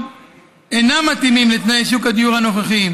אינם מתאימים לתנאי שוק הדיור הנוכחיים,